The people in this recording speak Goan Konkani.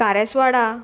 कारसवाडा